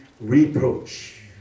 reproach